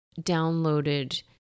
downloaded